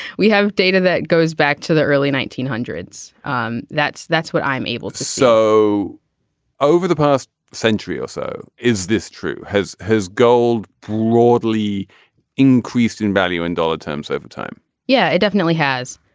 we have data that goes back to the early nineteen hundreds um that's that's what i'm able to sow over the past century or so. is this true has his gold broadly increased in value in dollar terms over time yeah it definitely has.